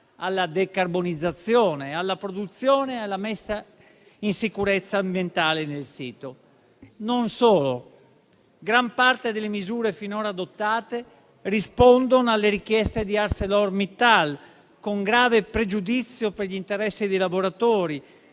alla decarbonizzazione, alla produzione e alla messa in sicurezza ambientale nel sito, ma non solo: gran parte delle misure finora adottate rispondono alle richieste di ArcelorMittal, con grave pregiudizio per gli interessi dei lavoratori,